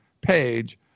page